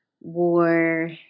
war